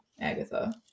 Agatha